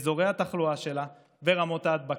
את אזורי התחלואה שלה ורמות ההדבקה.